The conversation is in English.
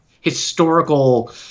historical